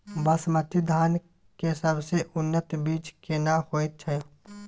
बासमती धान के सबसे उन्नत बीज केना होयत छै?